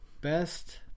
Best